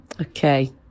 Okay